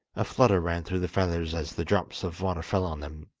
a flutter ran through the feathers as the drops of water fell on them,